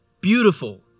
Beautiful